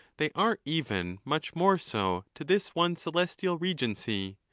they are even much more so to this one celestial regency,